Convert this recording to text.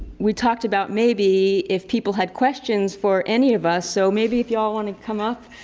we talked about maybe if people had questions for any of us so maybe if y'all want to come up.